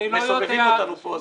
מסובבים אותנו פה.